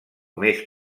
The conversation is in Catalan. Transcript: més